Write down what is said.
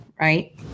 right